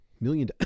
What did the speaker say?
million